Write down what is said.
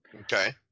Okay